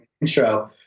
intro